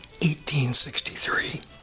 1863